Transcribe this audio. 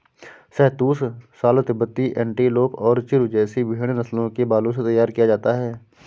शहतूश shawl तिब्बती antelope और चिरु जैसी भेड़ नस्लों के बालों से तैयार किया जाता है